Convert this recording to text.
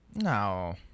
No